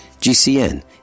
GCN